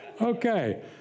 Okay